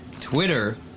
Twitter